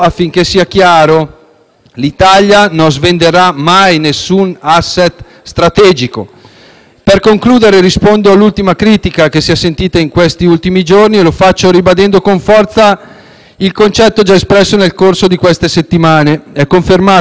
Per concludere, rispondo alla critica che si è sentita negli ultimi giorni e lo faccio ribadendo con forza il concetto già espresso nel corso di queste settimane. È confermato da tutte le azioni che questo Governo ha effettuato: l'Italia rimane saldamente ancorata all'Alleanza atlantica,